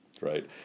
Right